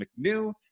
McNew